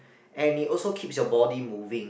and it also keeps your body moving